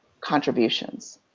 contributions